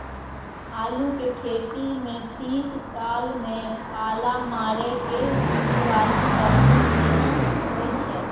आलू के खेती में शीत काल में पाला मारै के सुरूआती लक्षण केना होय छै?